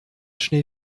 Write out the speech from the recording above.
schnee